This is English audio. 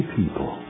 people